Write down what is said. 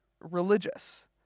religious